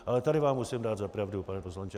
Ale tady vám musím dát za pravdu, pane poslanče.